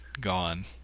gone